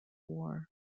war